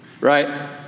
Right